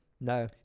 no